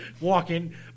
walking